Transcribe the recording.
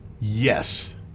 Yes